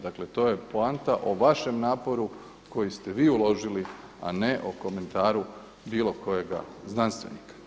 Dakle to je poanta o vašem naporu koji ste vi uložili a ne o komentaru bilo kojega znanstvenika.